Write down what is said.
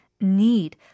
need